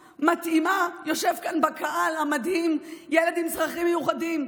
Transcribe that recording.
יושב כאן בקהל המדהים ילד עם צרכים מיוחדים,